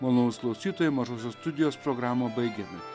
malonūs klausytojai mažosios studijos programą baigiame